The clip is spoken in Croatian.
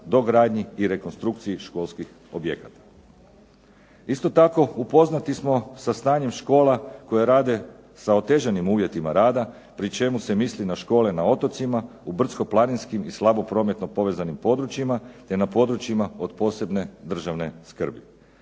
dogradnji i rekonstrukciji školskih objekata. Isto tako, upoznati smo sa stanjem škola koje rade sa otežanim uvjetima rada, pri čemu se misli na škole na otocima, u brdsko-planinskim i slabo prometno povezanim područjima te na područjima od posebne državne skrbi.